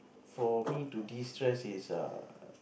for me to destress is err